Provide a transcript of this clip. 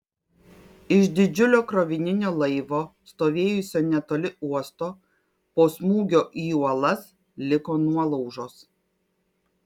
iš didžiulio krovininio laivo stovėjusio netoli uosto po smūgio į uolas liko nuolaužos